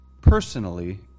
personally